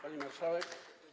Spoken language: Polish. Pani Marszałek!